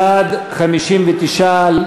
בעד, 58,